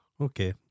okay